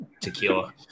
tequila